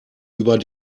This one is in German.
über